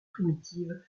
primitive